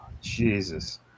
Jesus